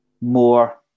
more